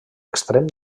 extrem